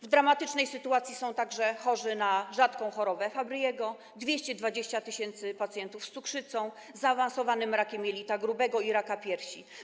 W dramatycznej sytuacji są także chorzy na rzadką chorobę Fabry’ego, 220 tys. pacjentów z cukrzycą, zaawansowanym rakiem jelita grubego i rakiem piersi.